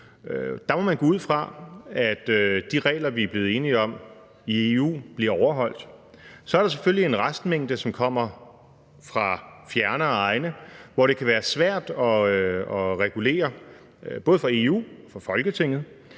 Der må man gå ud fra, at de regler, vi er blevet enige om i EU, bliver overholdt. Så er der selvfølgelig en restmængde, som kommer fra fjernere egne, hvor det kan være svært at regulere, både for EU og for Folketinget,